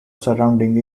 surrounding